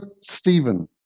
Stephen